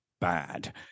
bad